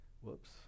whoops